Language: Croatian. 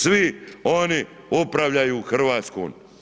Svi oni upravljaju Hrvatskom.